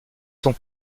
sont